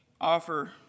offer